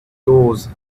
those